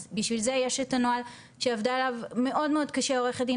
אז בשביל זה יש את הנוהל שעבדה עליו מאוד מאוד קשה עורכת דין